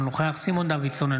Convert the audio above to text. אינו נוכח סימון דוידסון,